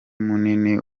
munini